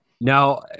Now